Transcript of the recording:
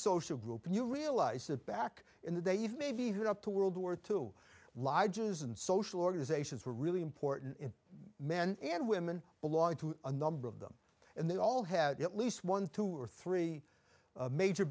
social group and you realise that back in the day even maybe even up to world war two lodges and social organizations were really important men and women belong to a number of them and they all had at least one two or three major